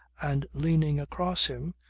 and leaning across him,